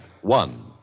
One